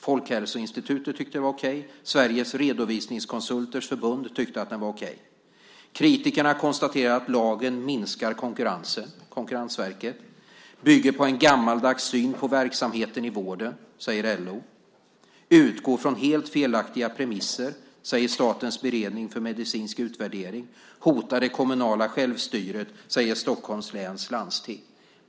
Folkhälsoinstitutet tyckte att den var okej. Sveriges Redovisningskonsulters Förbund tyckte att den var okej. Kritikerna konstaterar att lagen minskar konkurrensen - Konkurrensverket, bygger på en gammaldags syn på verksamheten i vården - säger LO, utgår från helt felaktiga premisser - säger Statens beredning för medicinsk utvärdering, hotar det kommunala självstyret - säger Stockholms läns landsting.